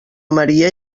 maria